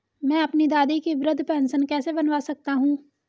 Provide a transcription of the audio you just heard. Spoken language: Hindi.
मैं अपनी दादी की वृद्ध पेंशन कैसे बनवा सकता हूँ?